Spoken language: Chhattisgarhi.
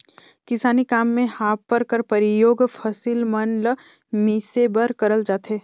किसानी काम मे हापर कर परियोग फसिल मन ल मिसे बर करल जाथे